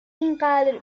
اینقدر